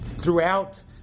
throughout